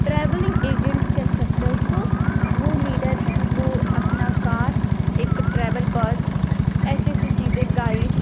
travelling agent कह सकते हैं उसको वो लीडर हैं वो अपना कार एक ट्रैवल बस ऐसी ऐसी चीजें गाइड